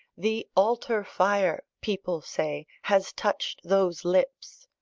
the altar-fire, people say, has touched those lips!